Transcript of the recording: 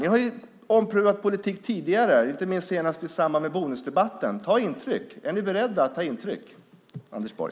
Ni har ju omprövat politik tidigare, senast i samband med bonusdebatten. Ta intryck! Är ni beredda till det, Anders Borg?